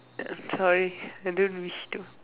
!choy! I don't wish to